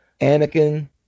Anakin